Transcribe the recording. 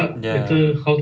ya